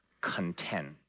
content